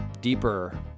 Deeper